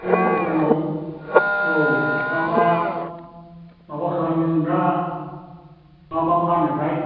बे दखानाव औ मा मा माबा खालामो दा मा मा फानोथाय